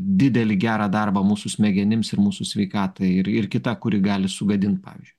didelį gerą darbą mūsų smegenims ir mūsų sveikatai ir ir kita kuri gali sugadint pavyzdžiui